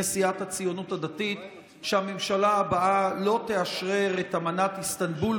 סיעת הציונות הדתית שהממשלה הבאה לא תאשרר את אמנת איסטנבול,